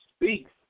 speaks